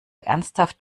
ernsthaft